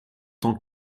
tant